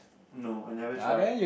no I never try